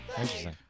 Interesting